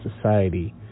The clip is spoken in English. society